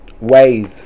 ways